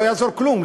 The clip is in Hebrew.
לא יעזור כלום,